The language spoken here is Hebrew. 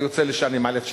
ויוצא לי שאני מעלה את שניהם.